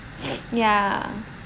ya